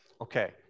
Okay